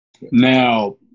Now